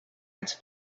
its